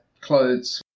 clothes